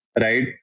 right